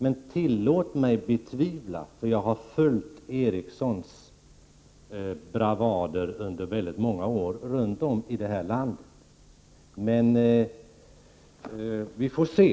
Men tillåt mig betvivla det, för jag har följt Ericssons bravader under många år runt om i landet. Nå, vi får se.